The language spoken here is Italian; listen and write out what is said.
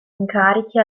incarichi